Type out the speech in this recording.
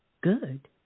good